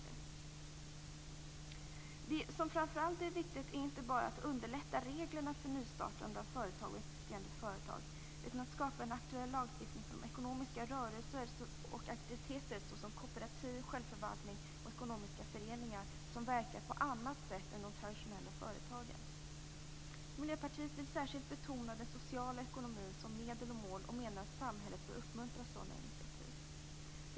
Det som framför allt är viktigt är inte bara att underlätta reglerna för nystartande av företag och existerande företag, utan att skapa en aktuell lagstiftning för ekonomiska rörelser och aktiviteter såsom kooperativ, självförvaltning och ekonomiska föreningar som verkar på annat sätt än de traditionella företagen. Miljöpartiet vill särskilt betona den sociala ekonomin som medel och mål och menar att samhället bör uppmuntra sådana initiativ.